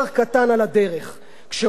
כשראש הממשלה בא ואומר באו"ם,